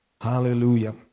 Hallelujah